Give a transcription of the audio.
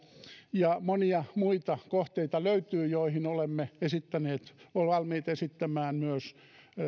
monia muitakin kohteita löytyy joihin olemme valmiit esittämään myös